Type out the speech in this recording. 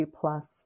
plus